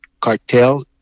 cartel